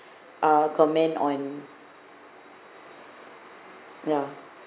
uh comment on ya